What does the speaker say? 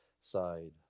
side